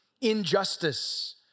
injustice